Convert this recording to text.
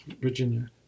virginia